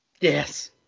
Yes